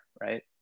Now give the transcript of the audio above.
right